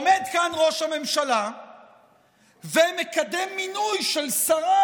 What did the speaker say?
עומד כאן ראש הממשלה ומקדם מינוי של שרה